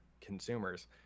consumers